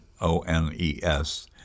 O-N-E-S